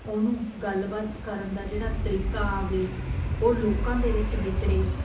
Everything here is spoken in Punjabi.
ਉਹਨੂੰ ਗੱਲਬਾਤ ਕਰਨ ਦਾ ਜਿਹੜਾ ਤਰੀਕਾ ਆਵੇ ਉਹ ਲੋਕਾਂ ਦੇ ਵਿੱਚ ਵਿਚਰੇ